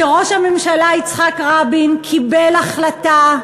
שראש הממשלה יצחק רבין קיבל החלטה,